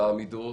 העמידות.